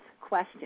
question